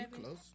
Close